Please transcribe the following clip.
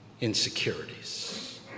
insecurities